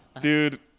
Dude